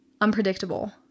unpredictable